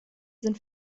sind